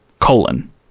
colon